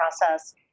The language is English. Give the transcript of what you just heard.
process